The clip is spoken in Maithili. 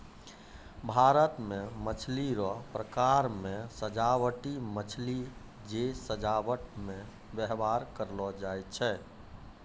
भारत मे मछली रो प्रकार मे सजाबटी मछली जे सजाबट मे व्यवहार करलो जाय छै